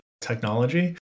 technology